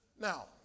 Now